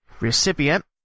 recipient